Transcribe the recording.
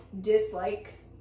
dislike